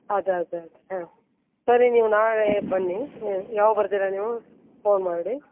ಅದು ಅದು ಅದೇ ಹಾಂ ಸರಿ ನೀವು ನಾಳೆ ಬನ್ನಿ ಯಾವಾಗ ಬರ್ತೀರ ನೀವು ಫೋನ್ ಮಾಡಿ